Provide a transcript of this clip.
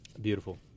Beautiful